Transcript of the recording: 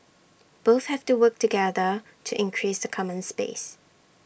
both have to work together to increase the common space